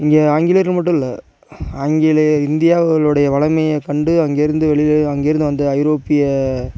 இங்கே ஆங்கிலேயர்கள் மட்டும் இல்லை ஆங்கிலேய இந்தியாவிலுடைய வளமையை கண்டு அங்கேருந்து வெளியே அங்கேருந்து வந்த ஐரோப்பிய